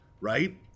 right